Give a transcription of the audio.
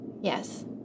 Yes